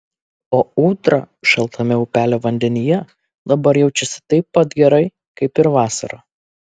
o ūdra šaltame upelio vandenyje dabar jaučiasi taip pat gerai kaip ir vasarą